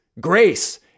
grace